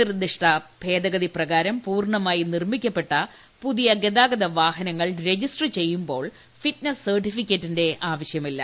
നിർദ്ദിഷ്ട ഭേദഗതി പ്രകാരം പൂർണ്ണമായി നിർമ്മിക്കപ്പെട്ട പുതിയ ഗതാഗത വാഹനങ്ങൾ രജിസ്റ്റർ ചെയ്യുമ്പോൾ ഫിറ്റ്നസ് സർട്ടിഫിക്കറ്റിന്റെ ആവശ്യമില്ല